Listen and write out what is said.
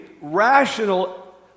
rational